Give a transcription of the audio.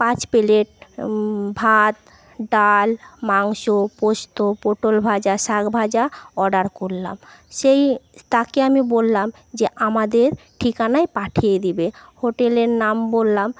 পাঁচ প্লেট ভাত ডাল মাংস পোস্ত পোটোল ভাজা শাকভাজা অর্ডার করলাম সেই তাকে আমি বললাম যে আমাদের ঠিকানায় পাঠিয়ে দিবে হোটেলের নাম বললাম